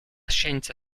scienza